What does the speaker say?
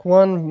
one